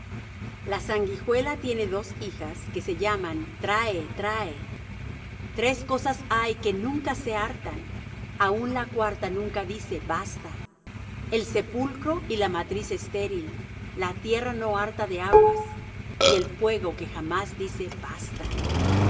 la sanguijuela tiene dos hijas que se llaman trae trae tres cosas hay que nunca se hartan aun la cuarta nunca dice basta el sepulcro y la matriz estéril la tierra no harta de aguas y el fuego que jamás dice basta